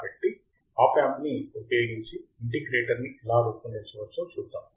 కాబట్టి op amp ని ఉపయోగించి ఇంటిగ్రేటర్ ని ఎలా రూపొందించవచ్చో చూద్దాం